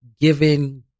giving